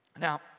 Now